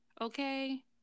Okay